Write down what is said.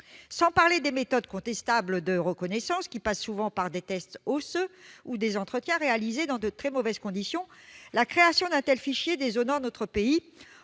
Sans parler des méthodes contestables de reconnaissance, qui passe souvent par des tests osseux ou des entretiens réalisés dans de très mauvaises conditions, la création d'un tel fichier déshonore notre pays,